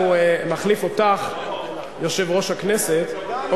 מחליף אותך יושב-ראש הכנסת.